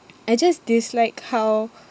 I just dislike how